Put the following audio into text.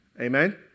Amen